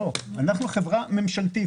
לא, אנחנו חברה ממשלתית.